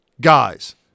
guys